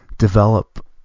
Develop